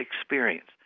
experience